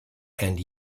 and